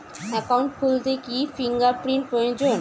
Account খুলতে কি fingerprint প্রয়োজন?